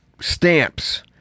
stamps